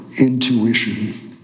intuition